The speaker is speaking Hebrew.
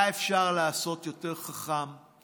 היה אפשר לעשות יותר חכם: